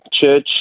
Church